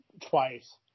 twice